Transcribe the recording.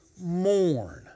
mourn